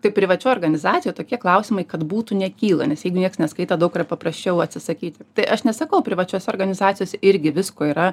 tai privačioj organizacijoj tokie klausimai kad būtų nekyla nes jeigu nieks neskaito daug yra paprasčiau atsisakyti tai aš nesakau privačiose organizacijose irgi visko yra